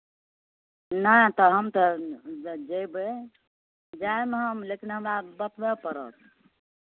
नहि तऽ हम तऽ जयबै जायब हम लेकिन हमरा बतबय पड़त